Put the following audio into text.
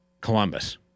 Columbus